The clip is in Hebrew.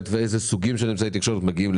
ואיזה סוגים של אמצעי תקשורת מגיעים,